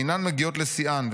אינן מגיעות לשיאן'.